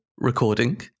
recording